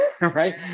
right